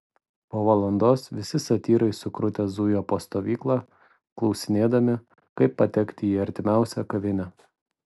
po valandos visi satyrai sukrutę zujo po stovyklą klausinėdami kaip patekti į artimiausią kavinę